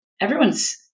everyone's